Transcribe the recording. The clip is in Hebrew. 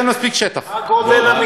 אין שטח, אין מספיק שטח.